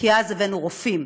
כי אז הבאנו רופאים.